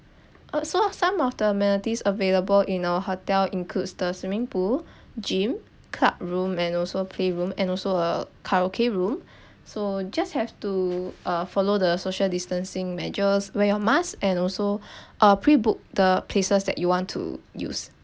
uh so of some of the amenities available in our hotel includes the swimming pool gym club room and also playroom and also a karaoke room so you just have to uh follow the social distancing measures wear your mask and also a prebook the places that you want to use